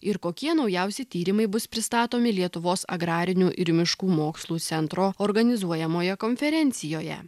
ir kokie naujausi tyrimai bus pristatomi lietuvos agrarinių ir miškų mokslų centro organizuojamoje konferencijoje